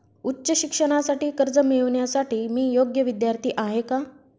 उच्च शिक्षणासाठी कर्ज मिळविण्यासाठी मी योग्य विद्यार्थी आहे का?